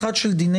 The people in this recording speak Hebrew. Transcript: צר לי,